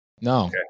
no